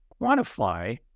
quantify